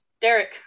Derek